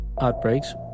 outbreaks